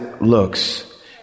looks